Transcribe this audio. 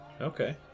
okay